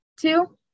Two